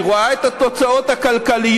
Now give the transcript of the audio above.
כשהיא רואה את התוצאות הכלכליות,